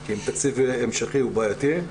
כי עם תקציב המשכי הוא בעייתי.